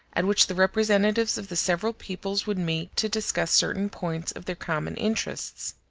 at which the representatives of the several peoples would meet to discuss certain points of their common interests.